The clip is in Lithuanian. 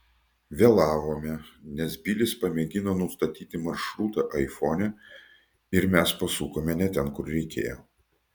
vėlavome nes bilis pamėgino nustatyti maršrutą aifone ir mes pasukome ne ten kur reikėjo